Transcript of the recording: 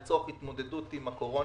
לצורך התמודדות עם הקורונה.